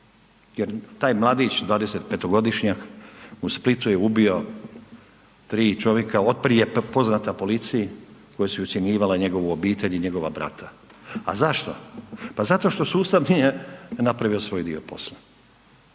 jer taj mladić 25-šnjak u Splitu je ubio tri čovjeka, od prije poznata policiji koji su ucjenjivali njegovu obitelj i njegova brata. A zašto? Pa zato što sustav nije napravio svoj dio posla.